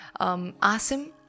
Asim